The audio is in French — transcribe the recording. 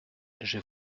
j’ai